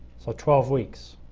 so, twelve weeks.